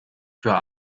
für